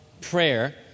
prayer